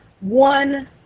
one